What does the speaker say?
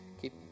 keep